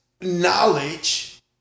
knowledge